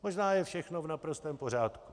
Možná je všechno v naprostém pořádku.